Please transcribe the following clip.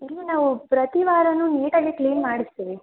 ಇಲ್ಲಿ ನಾವು ಪ್ರತಿವಾರನೂ ನೀಟಾಗೆ ಕ್ಲೀನ್ ಮಾಡಿಸ್ತೀವಿ